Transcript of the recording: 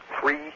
three